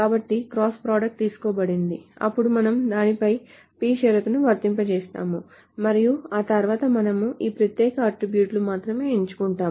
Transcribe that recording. కాబట్టి cross product తీసుకోబడింది అప్పుడు మనము దానిపై P షరతును వర్తింపజేస్తాము మరియు తర్వాత మనము ఈ ప్రత్యేక అట్ట్రిబ్యూట్లను మాత్రమే ఎంచుకుంటాము